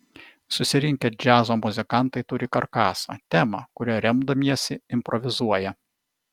susirinkę džiazo muzikantai turi karkasą temą kuria remdamiesi improvizuoja